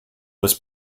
was